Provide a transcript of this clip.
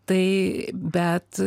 tai bet